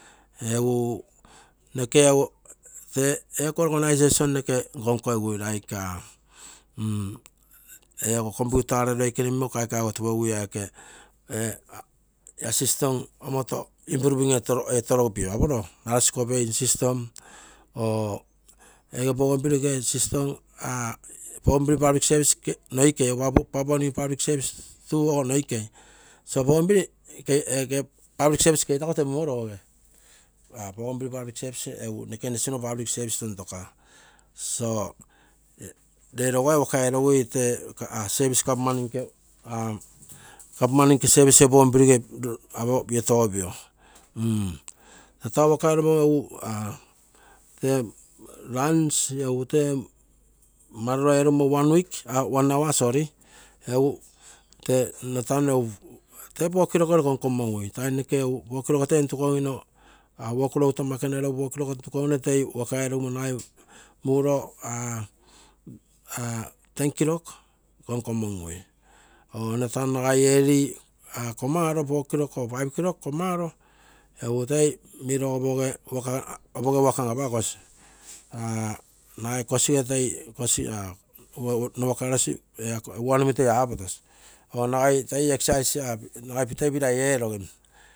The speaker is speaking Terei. Egu noke egu tee iko organisation noke nkonko-gigiei, like a, ego computer ere ioikene mimo kaikaigoto pogigui ee aike, la system onioto improving etoropio "aporoi!" Ask obeying system." ege bougainville gere system, bougainville public servant noikei egu papua new guinea public servant tu ogo noikei, so bougainville ege public servant keitako temunmorogo. Bougainville public service egu noke national public service tontoka, so ree rougai walca erogigui tee government nke service bougainville gee piotopogipio, ah, tee lunch egu tee malolo eromo, one hour sorry! Egu tee nno tano egu tee four o. clock konkomongui nagai work load ama ekeniea regu four, oclock toi ntukogino toi work erogino nagai muro ah! Nine o. clock konkomongui, nno tainolo nagai early komaro egu toi miro opoge waka an apakol ah nagai kosige toi ee wanuomi aapotosi nagai to exercise erosi, na pilai